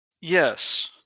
Yes